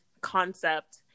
concept